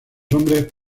hombres